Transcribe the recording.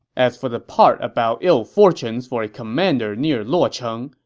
as for the part about ill fortunes for a commander near luocheng